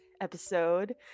episode